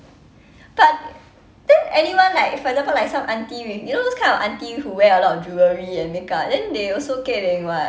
but then anyone like for example like some aunty with you know those kind of aunty who wear a lot of jewellery and then ca~ then they also keling [what]